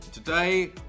Today